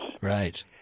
Right